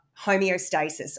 homeostasis